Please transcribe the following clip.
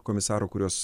komisarų kuriuos